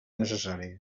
necessari